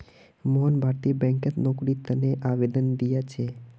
मोहन भारतीय बैंकत नौकरीर तने आवेदन दिया छे